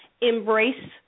embrace